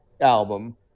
album